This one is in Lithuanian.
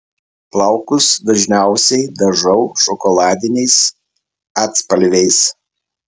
plaukus dažniausiai dažau šokoladiniais atspalviais